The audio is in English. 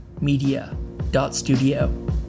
media.studio